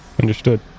Understood